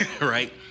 Right